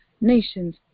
nations